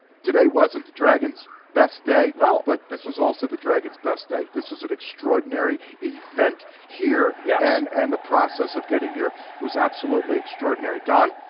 today wasn't the dragons best day. but this was also the dragons best day. this was an extraordinary event here yeah and and the process of getting here was absolutely extraordinary. donnn,